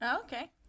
Okay